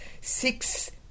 six